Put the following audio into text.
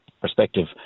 perspective